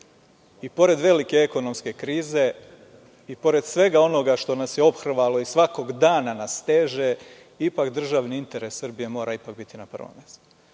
i pored velike ekonomske krize i pored svega onoga što nas je ophrvalo i svakog dana nas steže, ipak državni interes Srbije mora ipak biti na prvom mestu.